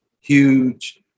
huge